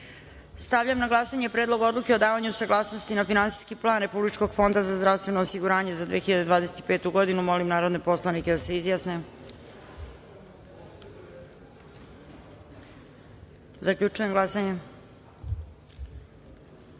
odluke. Stavljam na glasanje Predlog odluke o davanju saglasnosti na finansijski plan Republičkog fonda za zdravstveno osiguranje za 2025. godinu. Molim narodne poslanike da se izjasne. Zaključujem glasanje